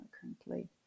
currently